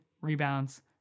rebounds